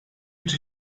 bir